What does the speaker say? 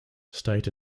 state